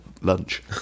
lunch